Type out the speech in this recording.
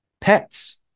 pets